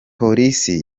polisi